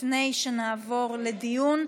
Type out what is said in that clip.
לפני שנעבור לדיון,